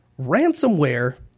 ransomware